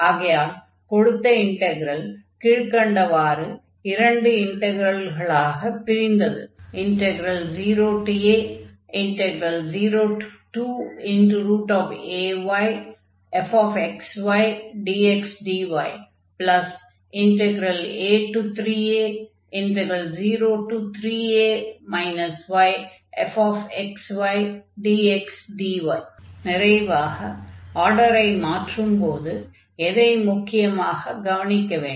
ஆகையால் கொடுத்த இன்டக்ரல் கீழ்க்கண்டவாறு இரண்டு இன்டக்ரல்களாக பிரிந்தது 0a02ayfxydxdya3a03a yfxydxdy நிறைவாக ஆர்டரை மாற்றும்போது எதை முக்கியமாக கவனிக்க வேண்டும்